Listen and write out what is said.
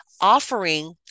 Offering